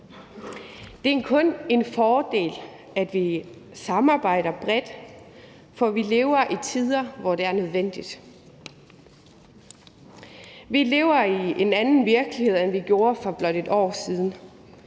Det er kun en fordel, at vi samarbejder bredt, for vi lever i tider, hvor det er nødvendigt. Vi lever i en anden virkelighed, end vi gjorde for blot et år siden.